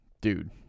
Dude